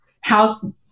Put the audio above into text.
house